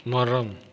மரம்